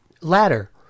Ladder